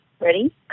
ready